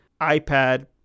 iPad